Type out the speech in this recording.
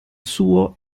suo